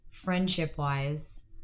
Friendship-wise